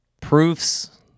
proofs